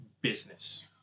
business